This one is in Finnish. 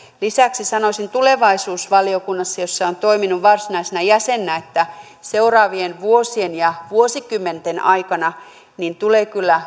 lisäksi sanoisin tulevaisuusvaliokunnassa jossa olen toiminut varsinaisena jäsenenä että seuraavien vuosien ja vuosikymmenten aikana tulee kyllä